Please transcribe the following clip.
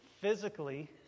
physically